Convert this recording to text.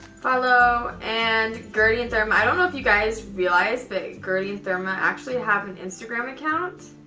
follow and gertie and therma. i don't know if you guys realize but gertie and therma actually have an instagram account.